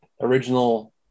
original